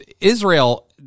Israel